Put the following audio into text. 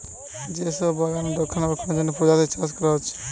যে সব বাগানে রক্ষণাবেক্ষণের জন্যে প্রজাপতি চাষ কোরা হচ্ছে